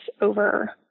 over